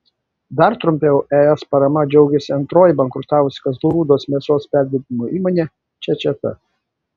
dar trumpiau es parama džiaugėsi antroji bankrutavusi kazlų rūdos mėsos perdirbimo įmonė čečeta